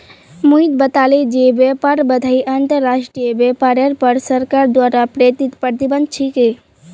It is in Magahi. मोहित बताले जे व्यापार बाधाएं अंतर्राष्ट्रीय व्यापारेर पर सरकार द्वारा प्रेरित प्रतिबंध छिके